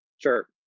Sure